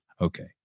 Okay